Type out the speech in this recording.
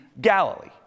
Galilee